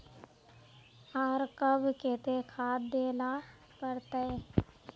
आर कब केते खाद दे ला पड़तऐ?